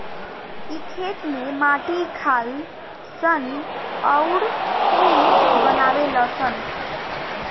इ खेत में माटी खालऽ सन अउरऊ बनावे लऽ सन